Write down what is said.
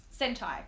Sentai